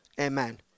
Amen